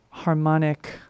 harmonic